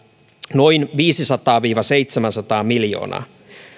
noin viisisataa viiva seitsemänsataa miljoonaa